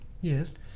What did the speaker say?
Yes